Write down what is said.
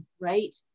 right